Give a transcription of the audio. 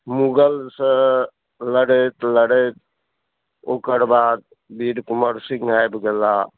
मुगलसँ लड़ैत लड़ैत ओकरबाद वीर कुँवर सिंह आबि गेला